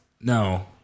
No